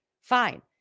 Fine